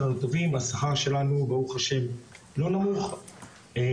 הכי חשובים שאפשר לקיים.